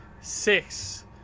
Six